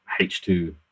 H2